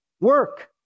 work